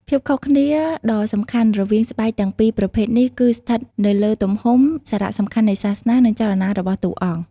ភាពខុសគ្នាដ៏សំខាន់រវាងស្បែកទាំងពីរប្រភេទនេះគឺស្ថិតនៅលើទំហំ សារៈសំខាន់នៃសាសនា និងចលនារបស់តួអង្គ។